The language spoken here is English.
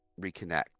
reconnect